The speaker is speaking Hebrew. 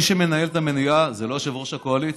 מי שמנהל את המליאה זה לא יושב-ראש הקואליציה,